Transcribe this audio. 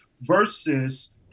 versus